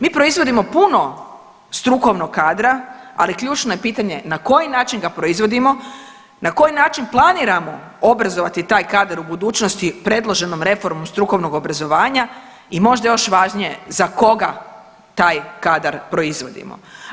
Mi proizvodimo puno strukovnog kadra, ali ključno je pitanje na koji način ga proizvodimo, na koji način planiramo obrazovati taj kadar u budućnosti predloženom reformom strukovnog obrazovanja i možda još važnije, za koga taj kadar proizvodimo.